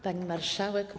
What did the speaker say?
Pani Marszałek!